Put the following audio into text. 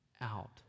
out